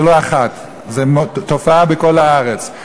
זו לא אחת, זו תופעה בכל הארץ.